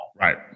Right